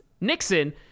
Nixon